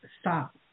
stop